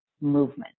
movement